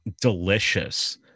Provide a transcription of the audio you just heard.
delicious